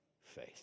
faith